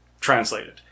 translated